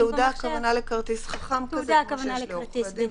שב"תעודה" הכוונה היא לכרטיס חכם כזה כמו שיש לעורכי דין,